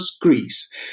Greece